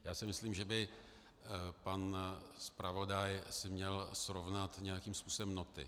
Já si myslím, že by si pan zpravodaj měl srovnat nějakým způsobem noty.